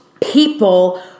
people